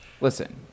Listen